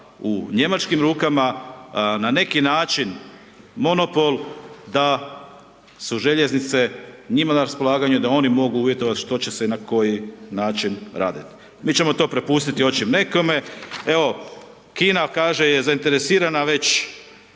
u njemačkim rukama na neki način monopol da su željeznice njima na raspolaganju i da oni mogu uvjetovati što će se na koji način raditi. Mi ćemo to prepustiti očito nekome, evo Kina kaže je zainteresirana već